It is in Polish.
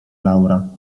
laura